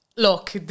Look